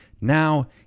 Now